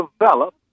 develop